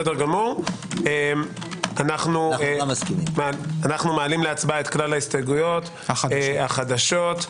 אנו מעלים להצבעה את כלל ההסתייגויות החדשות.